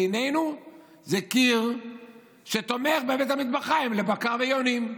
בעינינו זה קיר שתומך בבית המטבחיים לבקר ויונים.